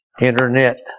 internet